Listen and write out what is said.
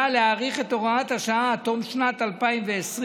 היה להאריך את הוראות השעה עד תום שנת 2020,